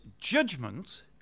judgment